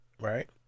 right